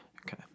okay